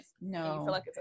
No